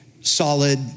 solid